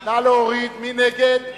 מי נגד?